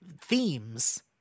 themes